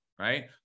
Right